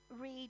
read